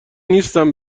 نیستم